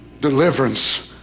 deliverance